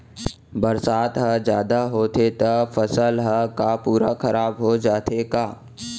बरसात ह जादा होथे त फसल ह का पूरा खराब हो जाथे का?